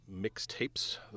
mixtapes